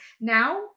now